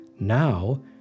Now